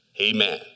Amen